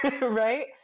Right